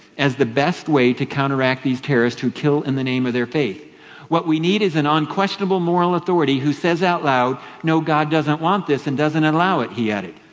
as the best way to counteract these terrorists who kill in the name of their faith what we need is an unquestionable moral authority who says out loud, no, god doesn't want this and doesn't allow it he added.